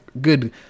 good